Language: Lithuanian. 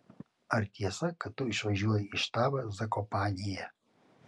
ar tiesa kad tu išvažiuoji į štabą zakopanėje